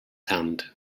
hand